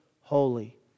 holy